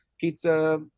pizza